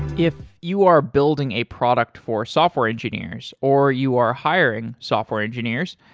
if you are building a product for software engineers or you are hiring software engineers,